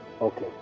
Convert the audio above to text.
Okay